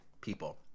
people